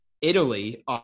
Italy